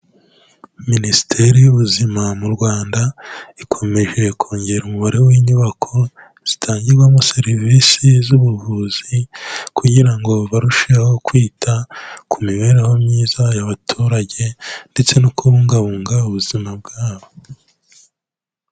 Minisiteri y'Ubuzima mu Rwanda ikomeje kongera umubare w'inyubako zitangirwamo serivisi z'ubuvuzi kugira ngo barusheho kwita, ku mibereho myiza y'abaturage ndetse no kubungabunga ubuzima bwabo.